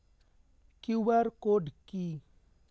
QR code কি?